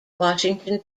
washington